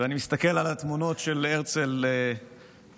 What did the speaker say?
ואני מסתכל על התמונות של הרצל מכאן,